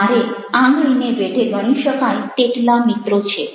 મારે આંગળીને વેઢે ગણી શકાય તેટલા મિત્રો છે